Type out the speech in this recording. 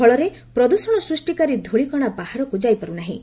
ଫଳରେ ପ୍ରଦୃଷଣ ସୃଷ୍ଟିକାରୀ ଧୂଳିକଣା ବାହାରକୁ ଯାଇପାରୁ ନାହିଁ